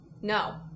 No